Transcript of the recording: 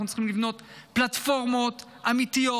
אנחנו צריכים לבנות פלטפורמות אמיתיות,